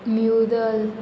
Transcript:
mural